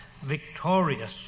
victorious